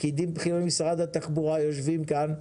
פקידים בכירים ממשרד התחבורה יושבים כאן.